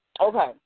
Okay